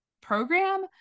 program